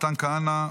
מתן כהנא,